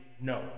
no